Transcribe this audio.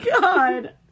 God